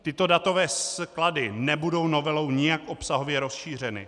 Tyto datové sklady nebudou novelou nijak obsahově rozšířeny.